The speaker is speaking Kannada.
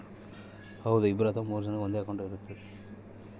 ಜಾಯಿಂಟ್ ಅಕೌಂಟ್ ಒಳಗ ಇಬ್ರು ಅಥವಾ ಮೂರು ಜನಕೆ ಒಂದೇ ಅಕೌಂಟ್ ಮಾಡಿರ್ತರಾ